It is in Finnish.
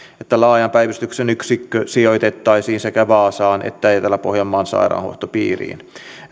että laajan päivystyksen yksikkö sijoitettaisiin sekä vaasaan että etelä pohjanmaan sairaanhoitopiiriin